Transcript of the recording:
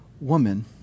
woman